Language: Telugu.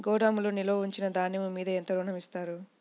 గోదాములో నిల్వ ఉంచిన ధాన్యము మీద ఎంత ఋణం ఇస్తారు?